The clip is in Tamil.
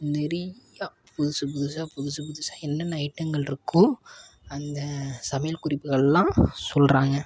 நிறைய புதுசு புதுசாக புதுசு புதுசாக என்னென்ன ஐட்டங்களிருக்கோ அந்த சமையல் குறிப்புகளெலாம் சொல்கிறாங்க